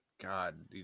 God